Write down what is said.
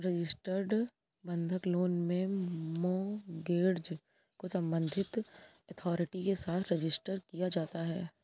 registered बंधक loan में mortgage को संबंधित अथॉरिटी के साथ रजिस्टर किया जाता है